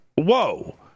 Whoa